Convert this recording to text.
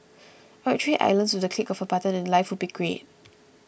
I would trade islands with the click of a button and life would be great